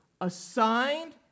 assigned